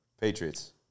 Patriots